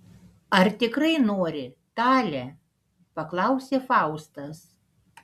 ar tikrai nori tale paklausė faustas